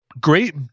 great